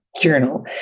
journal